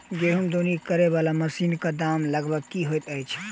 गेंहूँ दौनी करै वला मशीन कऽ दाम लगभग की होइत अछि?